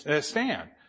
stand